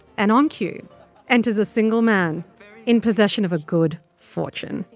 and on cue enters a single man in possession of a good fortune.